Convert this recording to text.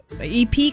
EP